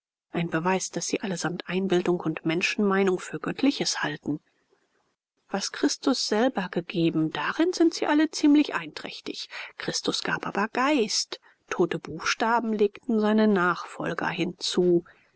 ein beweis daß sie allesamt einbildung und menschenmeinung für göttliches halten was christus selber gegeben darin sind sie alle ziemlich einträchtig christus gab aber geist tote buchstaben legten seine nachfolger hinzu